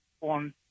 on